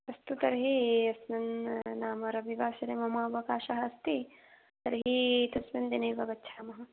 अस्तु तर्हि अस्मिन् नाम रविवासरे मम अवकाशः अस्ति तर्हि तस्मिन् दिने एव गच्छामः